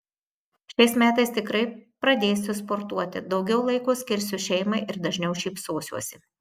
šiais metais tikrai pradėsiu sportuoti daugiau laiko skirsiu šeimai ir dažniau šypsosiuosi